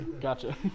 gotcha